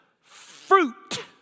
fruit